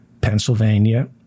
Pennsylvania